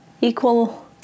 equal